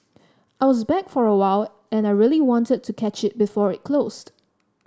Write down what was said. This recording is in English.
I was back for a while and I really wanted to catch it before it closed